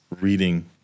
Reading